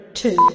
two